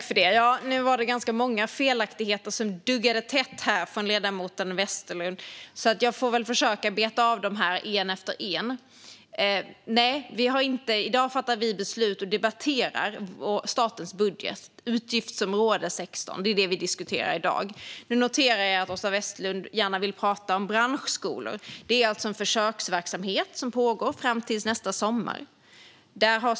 Fru talman! Felaktigheterna duggade tätt från ledamoten Westlund. Jag ska försöka beta av dem en efter en. I dag debatterar vi statens budget, utgiftsområde 16. Det är det vi diskuterar i dag. Jag noterade att Åsa Westlund gärna vill prata om branschskolor. Branschskolor är alltså en försöksverksamhet som pågår fram till nästa sommar.